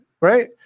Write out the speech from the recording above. Right